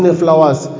flowers